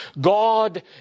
God